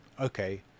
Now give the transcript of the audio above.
okay